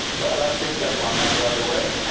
well, i picked up on that right away.